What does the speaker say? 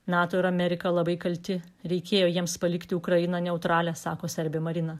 nato ir amerika labai kalti reikėjo jiems palikti ukrainą neutralią sako serbė marina